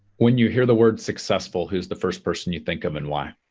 when you hear the word successful, who's the first person you think of and why?